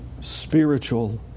spiritual